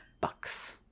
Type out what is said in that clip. bucks